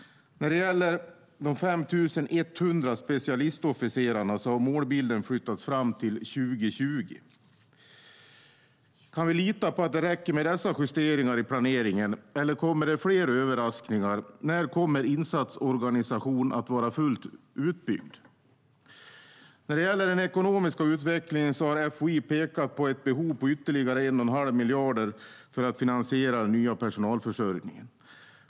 När det gäller de 5 100 specialistofficerarna har målbilden flyttats fram till 2020. Kan vi lita på att det räcker med dessa justeringar i planeringen? Eller kommer det fler överraskningar? När kommer insatsorganisationen att vara fullt utbyggd? När det gäller den ekonomiska utvecklingen har FOI pekat på ett behov av ytterligare 1 1⁄2 miljard för att finansiera den nya personalförsörjningen.